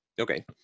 Okay